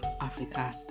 Africa